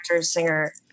singer